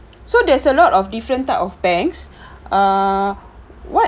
so there's a lot of different type of banks uh what